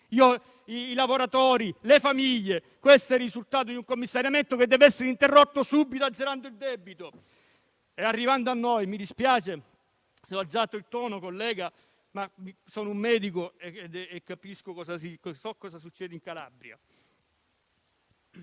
i lavoratori, le famiglie. È questo il risultato di un commissariamento che deve essere interrotto subito, azzerando il debito. Arrivando a noi, mi dispiace aver alzato il tono della voce, collega, ma sono un medico e so cosa succede in Calabria.